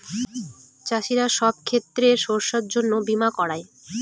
চাষীরা সব ক্ষেতের শস্যের জন্য বীমা করায়